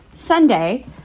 sunday